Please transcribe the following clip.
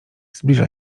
zbliża